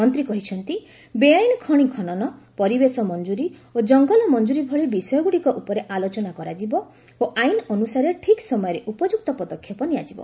ମନ୍ତ୍ରୀ କହିଛନ୍ତି ବେଆଇନ୍ ଖଣି ଖନନ ପରିବେଶ ମଞ୍ଜୁରୀ ଓ ଜଙ୍ଗଲ ମଞ୍ଜୁରୀ ଭଳି ବିଷୟଗୁଡ଼ିକ ଉପରେ ଆଲୋଚନା କରାଯିବ ଓ ଆଇନ୍ ଅନୁସାରେ ଠିକ୍ ସମୟରେ ଉପଯୁକ୍ତ ପଦକ୍ଷେପ ନିଆଯିବ